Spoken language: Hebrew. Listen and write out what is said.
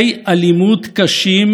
היקרים גם בדרום וגם בכל מיני מקומות,